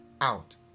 out